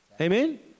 Amen